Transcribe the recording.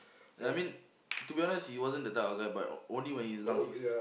I mean to be honest he wasn't the type of guy but only when he's drunk he's